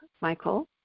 Michael